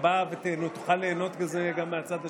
הבאה ושתוכל ליהנות מזה גם מהצד השני.